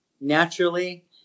naturally